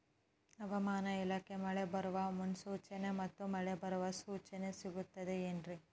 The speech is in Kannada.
ಹವಮಾನ ಇಲಾಖೆ ಮಳೆ ಬರುವ ಮುನ್ಸೂಚನೆ ಮತ್ತು ಮಳೆ ಬರುವ ಸೂಚನೆ ಸಿಗುತ್ತದೆ ಏನ್ರಿ?